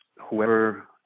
whoever